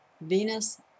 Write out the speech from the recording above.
Venus